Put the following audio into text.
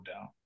down